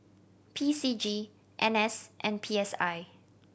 P C G N S and P S I